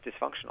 dysfunctional